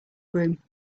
groom